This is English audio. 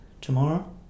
tomorrow